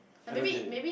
I don't get it